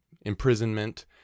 imprisonment